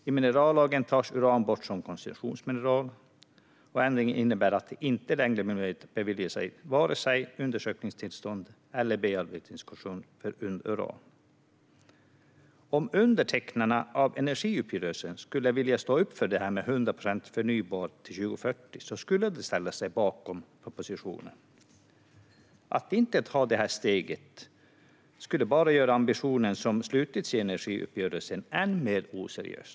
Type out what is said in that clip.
I minerallagen tas uran bort som koncessionsmineral, och ändringen innebär att det inte längre blir möjligt att bevilja vare sig undersökningstillstånd eller bearbetningskoncession för uran. Om undertecknarna av energiuppgörelsen skulle vilja stå upp för detta med 100 procent förnybart till 2040 skulle de ställa sig bakom propositionen. Att inte ta detta steg skulle bara göra den ambition som beslutats om i energiuppgörelsen än mer oseriös.